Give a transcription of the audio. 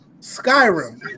Skyrim